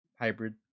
hybrid